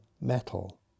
metal